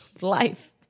life